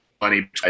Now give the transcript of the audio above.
money